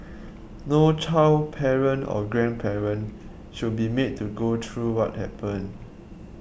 no child parent or grandparent should be made to go through what happened